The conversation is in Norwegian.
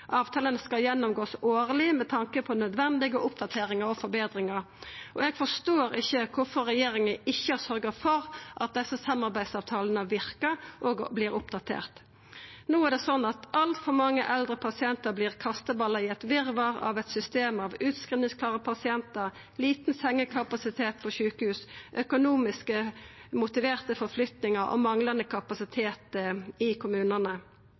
skal gjennomgåast årleg med tanke på nødvendige oppdateringar og forbetringar. Eg forstår ikkje kvifor regjeringa ikkje har sørgt for at desse samarbeidsavtalane verkar og vert oppdaterte. No vert altfor mange eldre pasientar kasteballar i eit virvar av eit system av utskrivingsklare pasientar, liten sengekapasitet på sjukehus, økonomisk motiverte flyttingar og manglande kapasitet i kommunane.